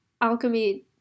alchemy